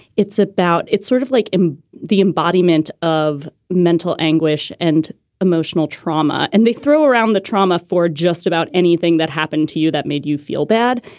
it's about it's sort of like the embodiment of mental anguish and emotional trauma. and they throw around the trauma for just about anything that happened to you that made you feel bad.